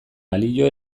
balio